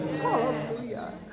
Hallelujah